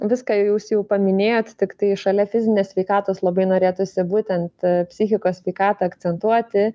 viską jūs jau paminėjot tiktai šalia fizinės sveikatos labai norėtųsi būtent psichikos sveikatą akcentuoti